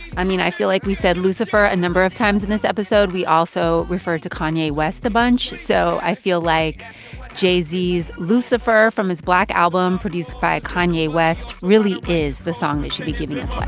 i mean, i feel like we said lucifer a number of times in this episode. we also refer to kanye west a bunch. so i feel like jay-z's lucifer from his black album produced by kanye west really is the song that should be giving us